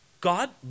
God